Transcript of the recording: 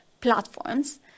platforms